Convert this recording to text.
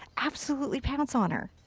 absolutely pounce on her.